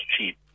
cheap